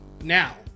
now